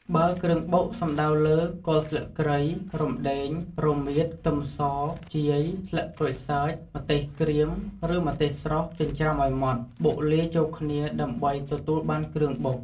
បើគ្រឿងបុកសំដៅលើ គល់ស្លឹកគ្រៃ រំដេង រមៀត ខ្ទឹមស ខ្ជាយ ស្លឹកក្រូចសើច ម្ទេសក្រៀម ឬម្ទេសស្រស់ (ចិញ្ច្រាំឲ្យម៉ត់) បុកលាយចូលគ្នាដើម្បីទទួលបានគ្រឿងបុក។